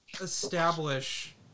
establish